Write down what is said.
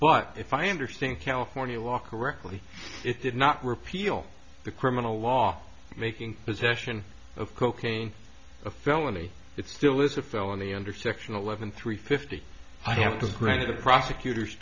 but if i understand california law correctly it not repeal the criminal law making possession of cocaine a felony it still is a felony under section eleven three fifty i have to grant the prosecutor